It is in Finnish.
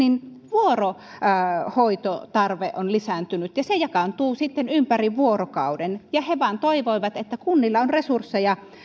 vuorohoitotarve on lisääntynyt ja se jakaantuu sitten ympäri vuorokauden he vain toivoivat että kunnilla on resursseja